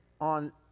on